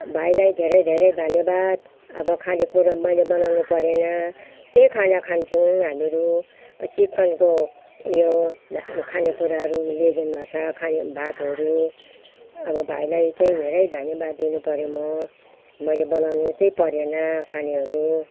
भाइलाई धेरै धेरै धन्यवाद अब खानेकुरो मैले बनाउनु परेन त्यही खाना खान्छौँ हामीहरू चिकनको उयो खानेकुराहरू ल्याइदिनु भएको छ खाने भातहरू अब भाइलाई चाहिँ धेरै धन्यवाद दिनुपऱ्यो म मैले बनाउनु चाहिँ परेन खानेहरू